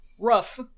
Rough